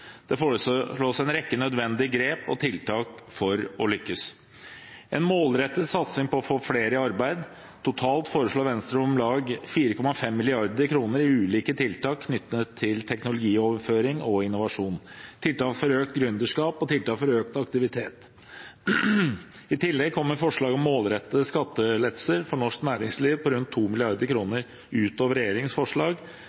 Det foreslås en rekke nødvendige grep og tiltak for å lykkes: En målrettet satsing på å få flere i arbeid, og totalt foreslår Venstre om lag 4,5 mrd. kr i ulike tiltak knyttet til teknologioverføring og innovasjon, tiltak for økt gründerskap og tiltak for økt aktivitet. I tillegg kommer forslaget om målrettete skattelettelser for norsk næringsliv på rundt